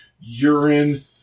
urine